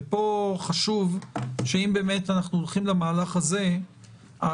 ופה חשוב שאם באמת אנחנו הולכים למהלך הזה אז